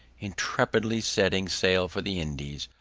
intrepidly setting sail for the indies,